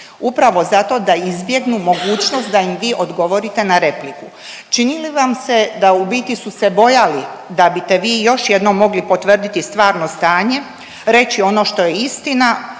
upravo zato da izbjegnu mogućnost da im vi odgovorite na repliku. Čini li vam se da u biti su se bojali da bi te vi još jednom mogli potvrditi stvarno stanje, reći ono što je istina